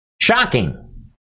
Shocking